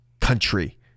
country